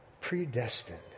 predestined